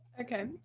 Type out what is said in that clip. Okay